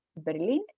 Berlin